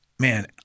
Man